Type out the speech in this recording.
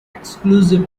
exclusive